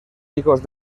hijos